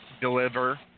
deliver